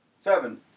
Seven